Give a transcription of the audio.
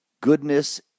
Goodness